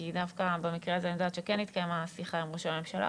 כי דווקא במקרה הזה אני יודעת שכן התקיימה שיחה עם ראש הממשלה.